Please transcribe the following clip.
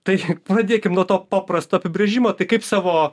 tai pradėkim nuo to paprasto apibrėžimo tai kaip savo